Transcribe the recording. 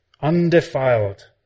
Undefiled